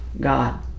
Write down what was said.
God